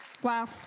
Wow